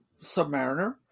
Submariner